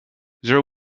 there